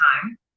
time